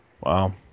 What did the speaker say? Wow